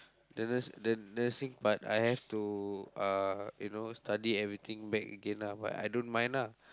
the nurs~ the nursing part I have to uh you know study everything back again lah but I don't mind lah